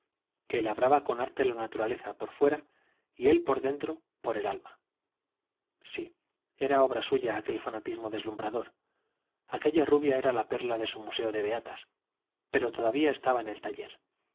que labraba con arte la naturaleza por fuera y él por dentro por el alma sí era obra suya aquel fanatismo deslumbrador aquella rubia era la perla de su museo de beatas pero todavía estaba en el taller